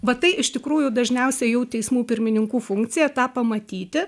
va tai iš tikrųjų dažniausia jau teismų pirmininkų funkcija tą pamatyti